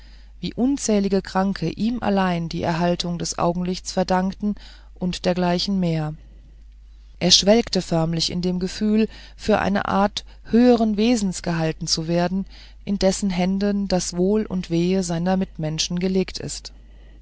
wie unzählige kranke ihm allein die erhaltung des augenlichts verdankten und dergleichen mehr er schwelgte förmlich in dem gefühl für eine art höheren wesens gehalten zu werden in dessen hände das wohl und wehe seines mitmenschen gelegt ist